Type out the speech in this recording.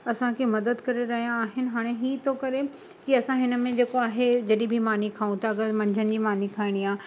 असांखे मदद करे रहिया आहिनि हाणे ई थो करे कि असां हिन में जेको आहे जॾहिं बि मानी खाऊं था अगरि मंझंदि जी मानी खाइणी आहे